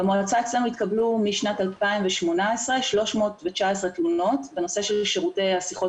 במועצה אצלנו התקבלו משנת 2018 319 תלונות בנושא של שירותי השיחות